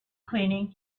cleaning